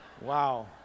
wow